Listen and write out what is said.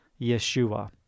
Yeshua